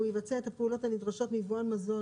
יבצע את הפעולות הנדרשות מיבואן מזון,